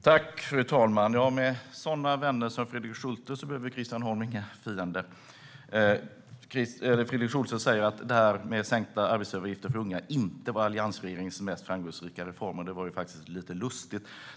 Fru talman! Med sådana vänner som Fredrik Schulte behöver Christian Holm Barenfeld inga fiender. Fredrik Schulte säger att det här med sänkta arbetsgivaravgifter för unga inte var alliansregeringens mest framgångsrika reform. Det är faktiskt lite lustigt.